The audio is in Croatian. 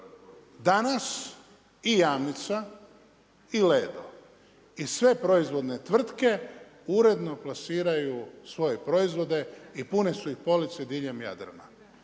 danas i Jamnica i Ledo i sve proizvodne tvrtke uredno plasiraju svoje proizvode i pune su im police diljem Jadrana.